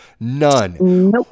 None